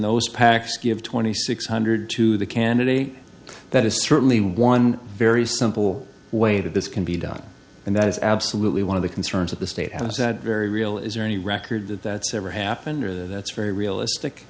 those pacs give twenty six hundred to the candidate that is certainly one very simple way that this can be done and that is absolutely one of the concerns at the state house that very real is there any record that that's ever happened or that's very realistic